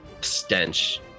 stench